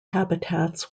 habitats